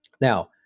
Now